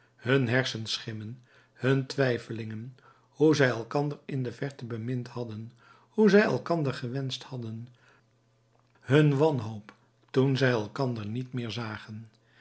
hun hersenschimmen hun twijfelingen hoe zij elkander in de verte bemind hadden hoe zij elkander gewenscht hadden hun wanhoop toen zij elkander niet meer zagen